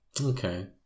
okay